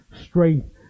strength